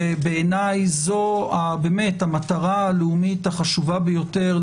ובעיניי זו המטרה הלאומית החשובה ביותר,